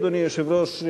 אדוני היושב-ראש,